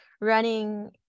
running